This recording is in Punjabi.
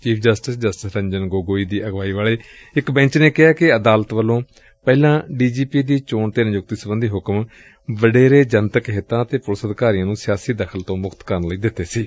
chief justice justice Ranjan Gogoi ਦੀ ਅਗਵਾਈ ਵਾਲੇ ਇਕ ਬੈਂਚ ਨੇ ਕਿਹੈ ਕਿ ਅਦਾਲਤ ਵੱਲੋਂ ਪਹਿਲਾਂ ਡੀ ਜੀ ਪੀ ਦੀ ਚੋਣ ਤੇ ਨਿਯੁਕਤੀ ਸਬੰਧੀ ਹੁਕਮ ਵਡੇਰੇ ਜਨਤਕ ਹਿੱਤਾਂ ਅਤੇ ਪੁਲਿਸ ਅਧਿਕਾਰੀਆਂ ਨੂੰ ਸਿਆਸੀ ਦਖ਼ਲ ਤੋਂ ਮੁਕਤ ਕਰਨ ਲਈ ਦਿੱਤੇ ਗਏ ਸਨ